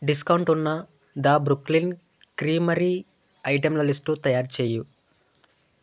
discount ఉన్న the Brooklyn creamery ఐటెంల list తయారుచేయి